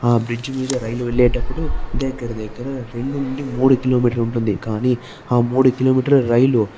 ఆ బ్రిడ్జ్ మీద రైలు వెళ్ళేటప్పుడు దగ్గరదగ్గర రెండు నుండి మూడు కిలోమీటర్లు ఉంటుంది కానీ ఆ మూడు కిలోమీటర్ల రైలు